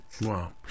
Wow